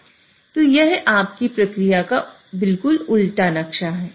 तो यह आपकी प्रक्रिया का बिल्कुल उल्टा नक्शा है